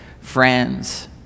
friends